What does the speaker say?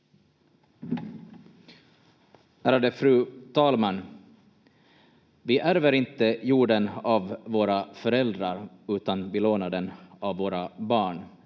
Ärade fru talman! Vi ärver inte jorden av våra föräldrar, utan vi lånar den av våra barn.